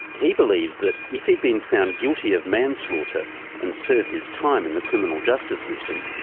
he believes that if he'd been found guilty of manslaughter and served his time in the criminal justice system,